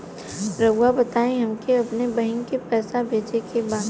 राउर बताई हमके अपने बहिन के पैसा भेजे के बा?